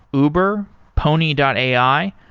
uber, pony and ai,